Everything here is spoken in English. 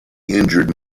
injured